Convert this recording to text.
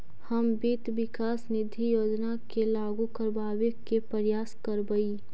हम वित्त विकास निधि योजना के लागू करबाबे के प्रयास करबई